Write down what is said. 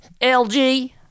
LG